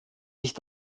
sich